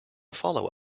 follow